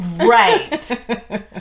Right